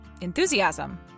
...enthusiasm